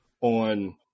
on